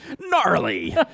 Gnarly